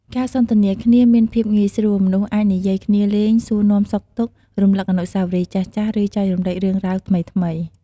ការសន្ទនាគ្នាមានភាពងាយស្រួល មនុស្សអាចនិយាយគ្នាលេង សួរនាំសុខទុក្ខ រំលឹកអនុស្សាវរីយ៍ចាស់ៗ ឬចែករំលែករឿងរ៉ាវថ្មីៗ។